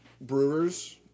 brewers